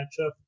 matchup